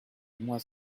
mois